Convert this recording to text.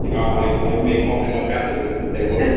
you know i i may call him up after this and say whoa